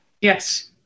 Yes